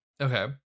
Okay